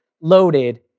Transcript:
loaded